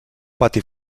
pati